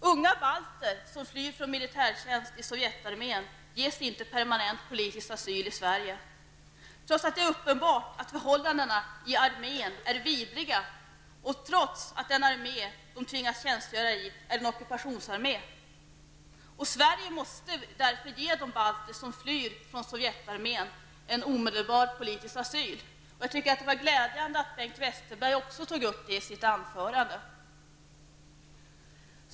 Unga balter som flyr från militärtjänst i sovjetarmén ges inte permanent politisk asyl i Sverige, trots att det är uppenbart att förhållandena i armén är vidriga och trots att den armé de tvingas tjänstgöra i är en ockupationsarmé. Sverige måste ge de balter som flyr från sovjetarmén omedelbar politisk asyl. Det var glädjande att också Bengt Westerberg tog upp det i sitt anförande.